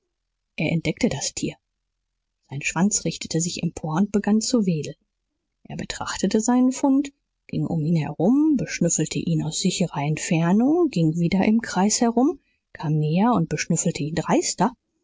er entdeckte das tier sein schwanz richtete sich empor und begann zu wedeln er betrachtete seinen fund ging um ihn herum beschnüffelte ihn aus sicherer entfernung ging wieder im kreis herum kam näher und beschnüffelte ihn dreister